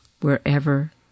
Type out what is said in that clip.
wherever